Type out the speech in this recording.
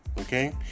okay